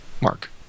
mark